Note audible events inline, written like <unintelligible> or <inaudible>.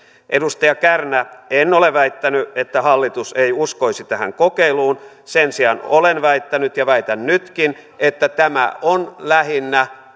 edustaja kärnä en ole väittänyt että hallitus ei uskoisi tähän kokeiluun sen sijaan olen väittänyt ja väitän nytkin että tämä on lähinnä <unintelligible>